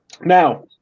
Now